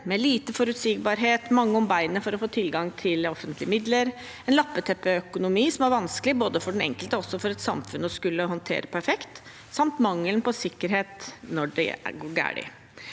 lite forutsigbarhet, mange om beinet for å få tilgang til offentlige midler, en lappeteppeøkonomi som er vanskelig både for den enkelte og for et samfunn å skulle håndtere perfekt, samt mangelen på sikkerhet når det er noe